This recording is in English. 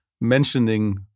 mentioning